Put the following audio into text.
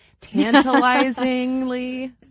tantalizingly